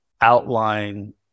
outline